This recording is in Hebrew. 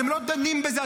אתם לא דנים בזה,